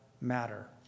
matter